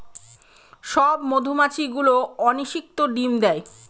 সব মধুমাছি গুলো অনিষিক্ত ডিম দেয়